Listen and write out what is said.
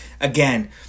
again